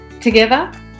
Together